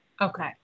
okay